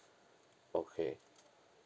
okay